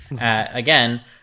again